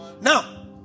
Now